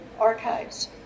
archives